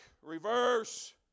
Reverse